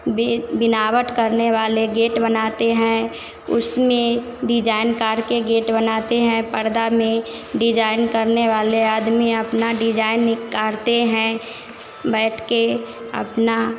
बि बिनावट करने वाले गेट बनाते हैं उसमें डिजाईन काटकर गेट बनाते हैं परदे में डिजाईन करने वाले आदमी अपना डिजाईन काढ़ते हैं बैठकर अपना